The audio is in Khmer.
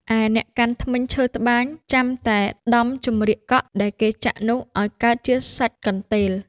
ឯអ្នកកាន់ ធ្មេញឈើត្បាញ ចាំតែដំចំរៀកកក់ដែលគេចាក់នោះអោយកើតជាសាច់កន្ទេល ។